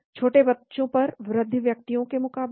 छोटे बच्चों पर वृद्ध व्यक्तियों के मुकाबले